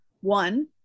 one